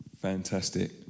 Fantastic